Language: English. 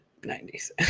90s